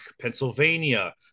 Pennsylvania